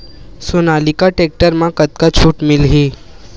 Sonalika tractor म कतका छूट मिलही?